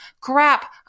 crap